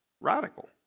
Radical